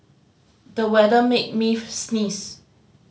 the weather made me sneeze